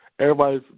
Everybody's